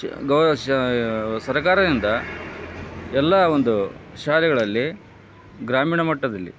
ಶ್ ಗಾ ಶ ಸರಕಾರದಿಂದ ಎಲ್ಲಾ ಒಂದು ಶಾಲೆಗಳಲ್ಲಿ ಗ್ರಾಮೀಣ ಮಟ್ಟದಲ್ಲಿ